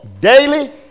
daily